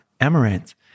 amaranth